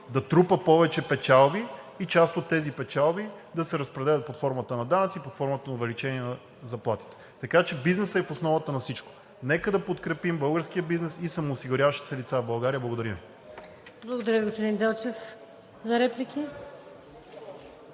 да трупа повече печалби и част от тези печалби да се разпределят под формата на данъци, под формата на увеличение на заплатите. Бизнесът е в основата на всичко. Нека да подкрепим българския бизнес и самоосигуряващите се лица в България. Благодаря Ви. ПРЕДСЕДАТЕЛ ВИКТОРИЯ